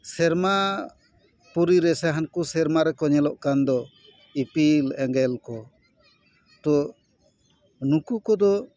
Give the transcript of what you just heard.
ᱥᱮᱨᱢᱟ ᱯᱩᱨᱤ ᱨᱮ ᱥᱮ ᱦᱟᱱᱠᱩ ᱥᱮᱨᱢᱟ ᱨᱮᱠᱚ ᱧᱮᱞᱚᱜ ᱠᱟᱱ ᱫᱚ ᱤᱯᱤᱞ ᱮᱸᱜᱮᱞ ᱠᱚ ᱛᱚ ᱱᱩᱠᱩ ᱠᱚᱫᱚ